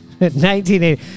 1980